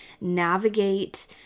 navigate